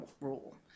rule